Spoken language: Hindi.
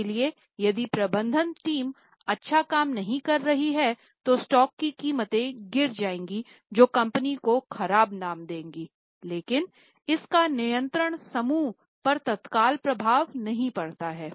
इसलिए यदि प्रबंधन टीम अच्छा काम नहीं कर रही है तो स्टॉक की कीमतें गिर जाएंगी जो कंपनी को खराब नाम देंगी लेकिन इसका नियंत्रण समूह पर तत्काल प्रभाव नहीं पड़ता है